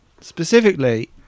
specifically